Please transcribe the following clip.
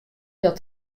dat